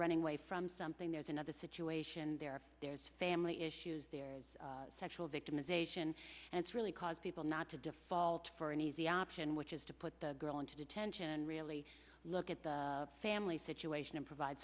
running away from something there's another situation there there's family issues there is sexual victimization and it really caused people not to default for an easy option which is to put the girl into detention really look at the family situation and provide